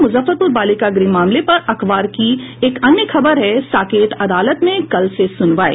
मुजफ्फरपुर बालिका गृह मामले पर अखबार की एक अन्य खबर है साकेत अदालत में कल से सुनवाई